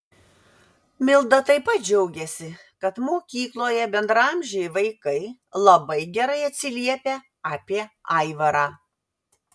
milda taip pat džiaugiasi kad mokykloje bendraamžiai vaikai labai gerai atsiliepia apie aivarą